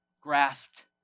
grasped